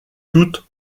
toutes